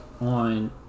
on